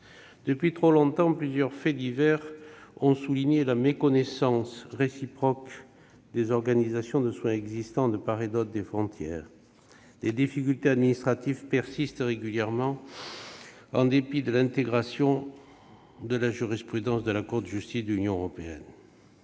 Depuis trop longtemps, des faits divers mettent en évidence la méconnaissance réciproque des organisations de soins existant de part et d'autre des frontières. Des difficultés administratives persistent, en dépit de l'intégration de la jurisprudence de la Cour de justice de l'Union européenne.